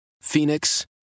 Phoenix